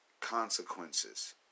consequences